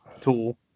tool